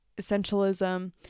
essentialism